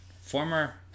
former